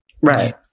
Right